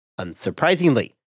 Unsurprisingly